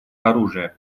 оружия